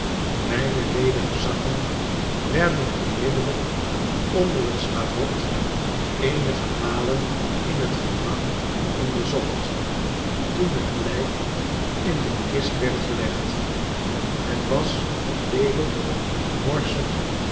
mijne ledige zakken werden onmiddellijk onder het schavot eenige malen in het gedrang onderzocht toen het lijk in de kist werd gelegd het was een leelijk morsig